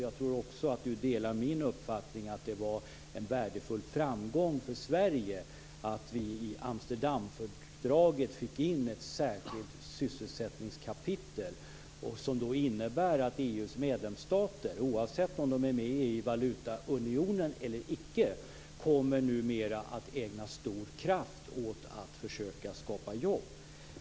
Jag tror också att Per-Ola Eriksson delar min uppfattning att det var en värdefull framgång för Sverige att vi i Amsterdamfördraget fick in ett särskilt sysselsättningskapitel, som innebär att EU:s medlemsstater, oavsett om de är med i valutaunionen eller icke, numera kommer att ägna stor kraft åt att försöka skapa jobb.